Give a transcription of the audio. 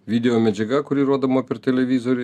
videomedžiaga kuri rodoma per televizorių